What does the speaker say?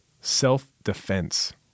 Self-defense